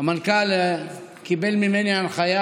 המנכ"ל קיבל ממני הנחיה,